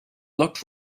looked